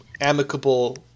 amicable